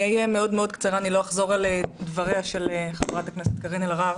אני אהיה מאוד קצרה ולא אחזור על דבריה של ח"כ קארין אלהרר.